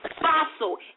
fossil